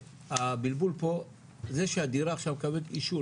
הבלבול פה זה שהדירה עכשיו מקבלת אישור